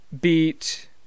beat